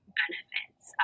benefits